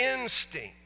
instinct